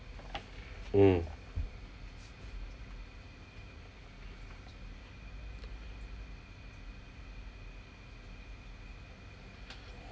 mm